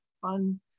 fun